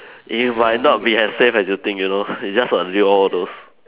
it might not be as safe as you think you know it's just a lure all those